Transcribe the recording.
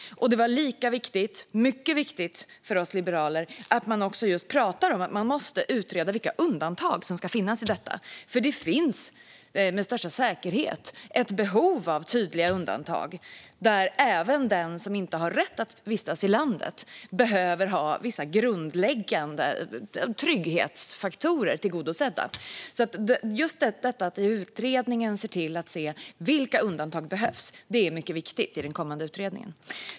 Det var dessutom mycket viktigt för oss liberaler att också prata om att utreda de undantag som ska finnas. Det finns med största säkerhet ett behov av tydliga undantag. Även den som inte har rätt att vistas i landet behöver vissa grundläggande trygghetsfaktorer tillgodosedda. Det är mycket viktigt att den kommande utredningen ska se över vilka undantag som behövs.